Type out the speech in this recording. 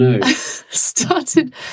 started